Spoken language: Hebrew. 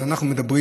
אז אנחנו מדברים